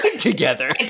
together